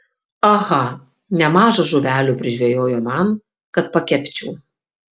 aha nemaža žuvelių prižvejojo man kad pakepčiau